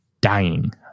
dying